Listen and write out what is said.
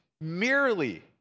merely